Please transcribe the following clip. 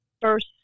first